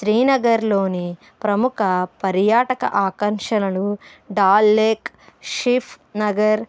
శ్రీనగర్లోని ప్రముఖ పర్యాటక ఆకర్షణలు డాల్ లేక్ షిప్ నగర్